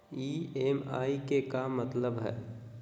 EMI के का मतलब हई?